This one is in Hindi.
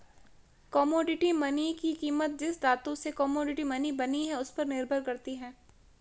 कोमोडिटी मनी की कीमत जिस धातु से कोमोडिटी मनी बनी है उस पर निर्भर करती है